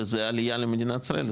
וזה העלייה למדינת ישראל,